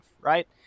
right